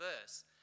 verse